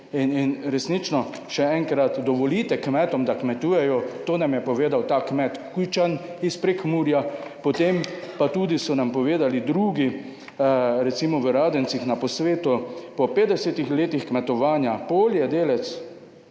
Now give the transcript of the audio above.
in resnično še enkrat, dovolite kmetom, da kmetujejo. To nam je povedal ta kmet Kujčan iz Prekmurja, potem pa tudi so nam povedali drugi, recimo v Radencih na posvetu, po 50 letih kmetovanja, poljedelec,